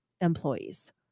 employees